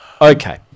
Okay